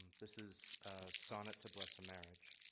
this is sonnet to bless a marriage